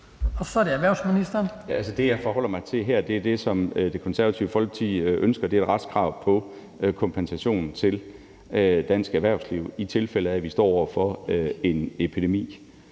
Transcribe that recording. (Morten Bødskov): Det, jeg forholder mig til her, er det, som Det Konservative Folkeparti ønsker, nemlig et retskrav på kompensation til dansk erhvervsliv, i tilfælde af at vi står over for en epidemi.